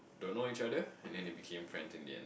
don't know each other and then they became friends in the end